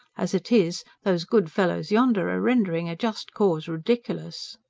as it is, those good fellows yonder are rendering a just cause ridiculous.